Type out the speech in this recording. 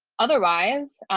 otherwise,